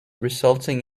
resulting